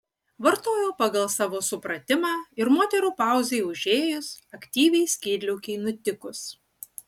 vartojo pagal savo supratimą ir moterų pauzei užėjus aktyviai skydliaukei nutikus